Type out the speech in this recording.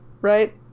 right